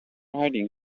hiding